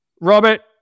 Robert